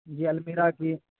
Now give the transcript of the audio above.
جی المیرا کی